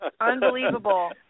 Unbelievable